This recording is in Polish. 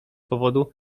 powodu